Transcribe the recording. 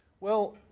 well,